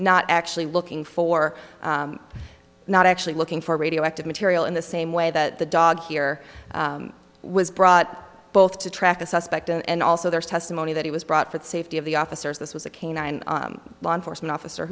not actually looking for not actually looking for radioactive material in the same way that the dog here was brought both to track a suspect and also there's testimony that he was brought for the safety of the officers this was a canine law enforcement officer